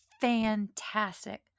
fantastic